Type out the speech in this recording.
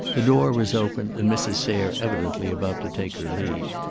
the door was open, and mrs. sayre evidently about to take her leave.